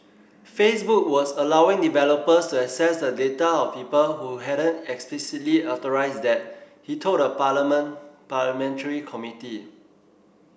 Facebook was allowing developers access the data of people who hadn't explicitly authorised that he told a parliamentary committee